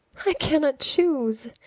i cannot choose,